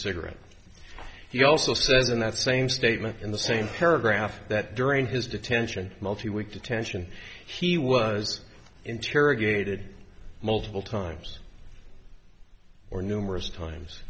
cigarette he also says in that same statement in the same paragraph that during his detention multi week attention he was interrogated multiple times or numerous times